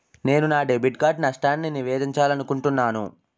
నేను నా debit card నష్టాన్ని నివేదించాలనుకుంటున్నాను